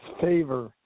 favor